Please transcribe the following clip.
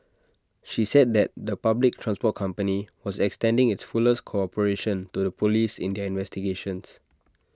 she said that the public transport company was extending its fullest cooperation to the Police investigations